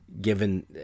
given